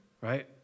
right